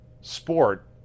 sport